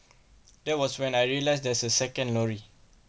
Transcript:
that was when I realised there's a second lorry